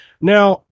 Now